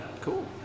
cool